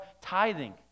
tithing